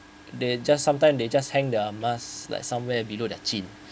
they just sometime they just hang their mask like somewhere below their chin